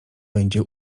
będzie